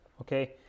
okay